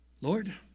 Lord